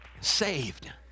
saved